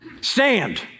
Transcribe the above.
stand